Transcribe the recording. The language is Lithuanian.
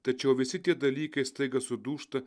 tačiau visi tie dalykai staiga sudūžta